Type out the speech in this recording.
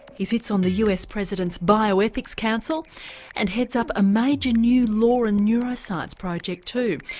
he sits on the us president's bioethics council and heads up a major new law and neuroscience project too.